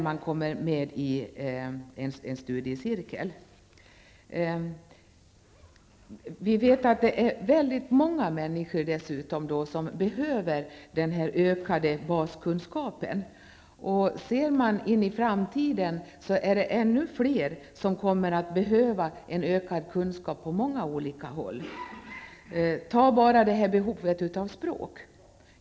Vi vet att många människor behöver denna ökade baskunskap. I framtiden är det ännu fler som kommer att behöva ökad kunskap på många områden. Vi har t.ex. behovet av språkkunskaper.